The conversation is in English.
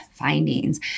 findings